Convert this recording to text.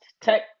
tech